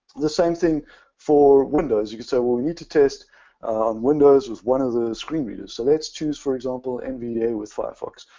the same thing for windows. you could say well you need to test windows with one of the screen readers. so let's choose for example nvda with firefox.